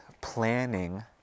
planning